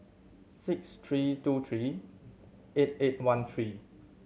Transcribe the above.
six three two three eight eight one three